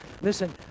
Listen